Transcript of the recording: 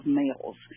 males